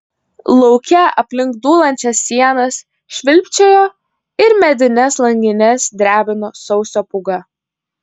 lauke aplink dūlančias sienas švilpčiojo ir medines langines drebino sausio pūga